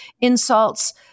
insults